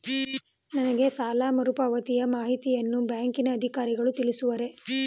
ನನಗೆ ಸಾಲ ಮರುಪಾವತಿಯ ಮಾಹಿತಿಯನ್ನು ಬ್ಯಾಂಕಿನ ಅಧಿಕಾರಿಗಳು ತಿಳಿಸುವರೇ?